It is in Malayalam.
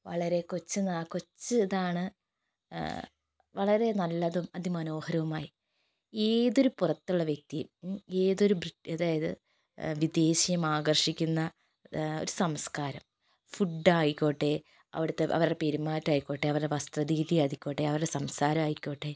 വളരെ കൊച്ച് കൊച്ച് ഇതാണ് വളരെ നല്ലതും അതിമനോഹരവുമായി ഏതൊരു പുറത്തുള്ള വ്യക്തിയേയും ഏതൊരു അതായത് വിദേശിയേയും ആകർഷിക്കുന്ന ഒരു സംസ്കാരം ഫുഡ് ആയിക്കോട്ടെ അവിടുത്തെ അവരുടെ പെരുമാറ്റം ആയിക്കോട്ടെ അവരുടെ വസ്ത്രരീതി ആയിക്കോട്ടെ അവരുടെ സംസാരം ആയിക്കോട്ടെ